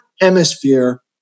hemisphere